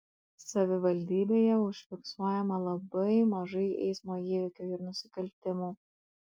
savivaldybėje užfiksuojama labai mažai eismo įvykių ir nusikaltimų